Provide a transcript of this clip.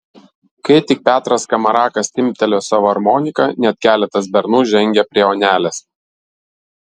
kai tik petras skamarakas timptelėjo savo armoniką net keletas bernų žengė prie onelės